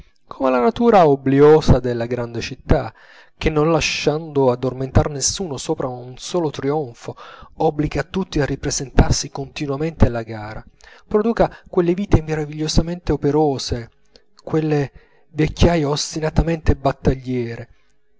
come la natura obbliosa della grande città che non lasciando addormentar nessuno sopra un solo trionfo obbliga tutti a ripresentarsi continuamente alla gara produca quelle vite meravigliosamente operose quelle vecchiaie ostinatamente battagliere